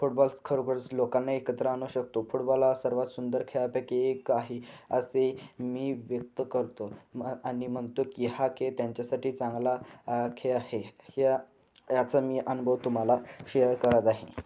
football खरोखरच लोकांना एकत्र आणू शकतो फुटबॉल हा सर्वात सुंदर खेळापैकी एक आहे असे मी व्यक्त करतो आणि म्हणतो की हा खेळ त्यांच्यासाठी चांगला खेळ आहे ह्या याचा मी अनुभव तुम्हाला शेअर करत आहे